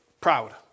proud